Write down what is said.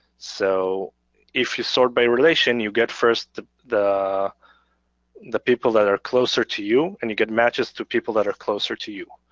so if you sort by relation you get first the the people that are closer to you, and you get matches to people that are closer to you.